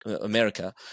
America